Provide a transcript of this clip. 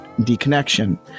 deconnection